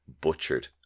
butchered